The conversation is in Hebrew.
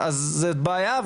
אז זאת בעיה,